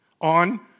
on